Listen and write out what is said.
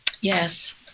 Yes